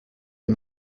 les